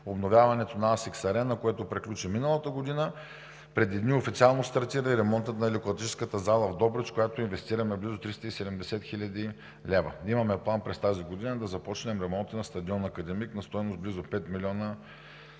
обновяването на „Асикс Арена“, което приключи миналата година; - преди дни официално стартира и ремонтът на лекоатлетическата зала в Добрич, в която инвестираме близо 370 хил. лв.; - имаме план през тази година да започнем ремонта на стадион „Академик“ на стойност близо 5 млн.